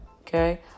Okay